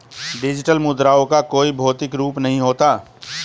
digital मुद्राओं का कोई भौतिक रूप नहीं होता